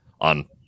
on